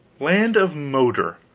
land of moder.